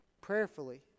prayerfully